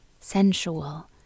sensual